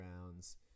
rounds